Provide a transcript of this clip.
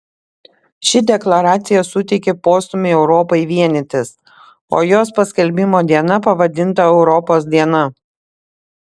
ši deklaracija suteikė postūmį europai vienytis o jos paskelbimo diena pavadinta europos diena